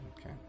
Okay